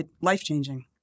life-changing